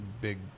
big